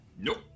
nope